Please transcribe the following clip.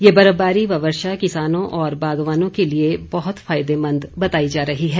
ये बर्फबारी व वर्षा किसानों और बागवानों के लिए बहुत फायदेमंद बताई जा रही है